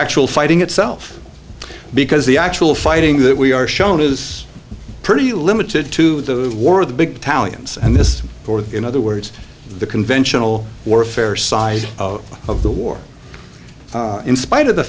actual fighting itself because the actual fighting that we are shown is pretty limited to the war the big talons and this forward in other words the conventional warfare size of the war in spite of the